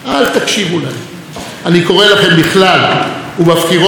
ובבחירות בפרט: תנו למורכבות להרים קול,